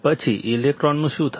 પછી ઇલેક્ટ્રોનનું શું થશે